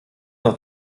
noch